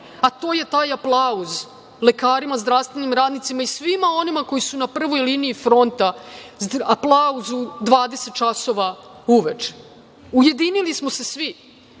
a to je taj aplauz lekarima, zdravstvenim radnicima i svima onima koji su na prvoj liniji fronta, aplauz u 20.00 časova uveče. Ujedinili smo se svi